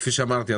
כפי שאמרתי,